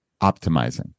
optimizing